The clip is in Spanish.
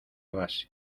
base